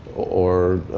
or